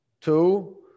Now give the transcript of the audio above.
two